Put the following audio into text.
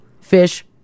Fish